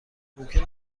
ممکن